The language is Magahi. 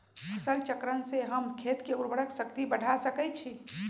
फसल चक्रण से हम खेत के उर्वरक शक्ति बढ़ा सकैछि?